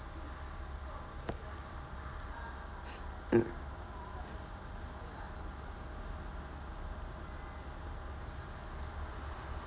mm